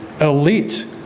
elite